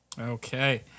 Okay